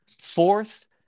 fourth